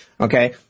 Okay